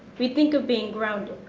we think of being grounded,